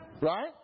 Right